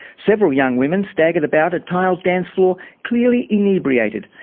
several young women staggered about a tiled dance floor, clearly inebriated,